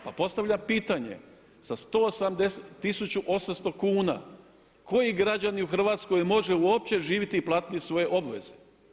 Pa postavljam pitanje sa 1800 kn koji građanin u Hrvatskoj može uopće živjeti i plaćati svoje obveze?